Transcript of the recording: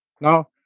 Now